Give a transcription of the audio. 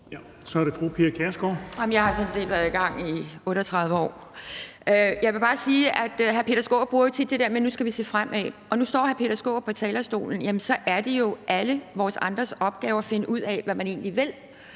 Kl. 15:07 Pia Kjærsgaard (DF): Jamen jeg har sådan set været i gang i 38 år. Jeg vil bare sige, at hr. Peter Skaarup jo tit bruger det der med, at nu skal vi se fremad, og nu står hr. Peter Skaarup på talerstolen, og så er det jo alle os andres opgave at finde ud af, hvad man egentlig vil.